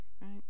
right